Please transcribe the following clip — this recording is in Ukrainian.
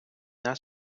нас